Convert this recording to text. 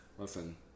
Listen